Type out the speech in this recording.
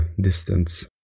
distance